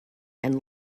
and